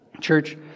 Church